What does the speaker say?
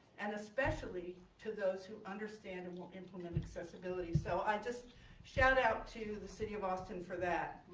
and especially to those who understand and will implement accessibility so i just shout out to the city of austin for that.